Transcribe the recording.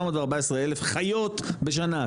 814 אלף חיות בשנה,